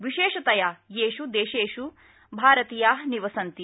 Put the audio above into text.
विशेषतया येष् देशेष् भारतीया निवसन्ति